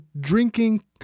drinking